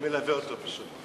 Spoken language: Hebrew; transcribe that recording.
אני מלווה אותו, פשוט.